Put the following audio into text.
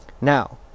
Now